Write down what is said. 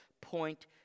point